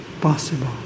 possible